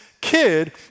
kid